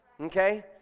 Okay